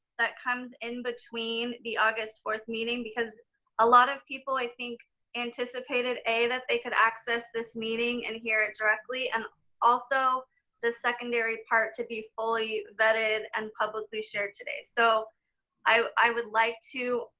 that comes in between the august fourth meeting, because a lot of people, i think anticipated a, that they could access this meeting and hear it directly, and also the secondary part, to be fully vetted and publicly shared today. so i would like to